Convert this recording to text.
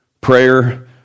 prayer